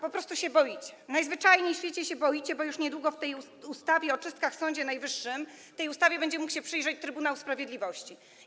Po prostu się boicie, najzwyczajniej w świecie się boicie, bo już niedługo tej ustawie o czystkach w Sądzie Najwyższym, tej ustawie będzie mógł się przyjrzeć Trybunał Sprawiedliwości.